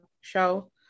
show